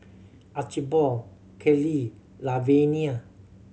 Archibald Kellie Lavenia